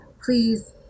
please